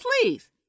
Please